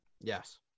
Yes